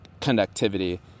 conductivity